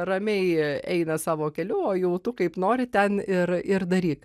ramiai eina savo keliu o jau tu kaip nori ten ir ir daryk